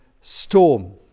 storm